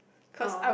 oh